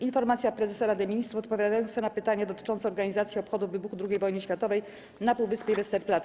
Informacja Prezesa Rady Ministrów odpowiadająca na pytania dotyczące organizacji obchodów wybuchu II Wojny Światowej na Półwyspie Westerplatte.